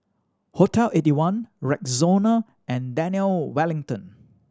Hotel Eighty One Rexona and Daniel Wellington